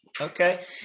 okay